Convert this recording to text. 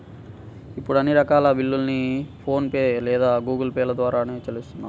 ఇప్పుడు అన్ని రకాల బిల్లుల్ని ఫోన్ పే లేదా గూగుల్ పే ల ద్వారానే చేత్తన్నారు